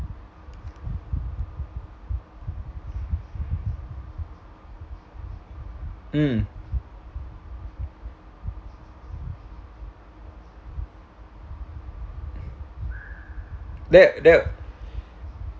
mm there there